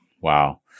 Wow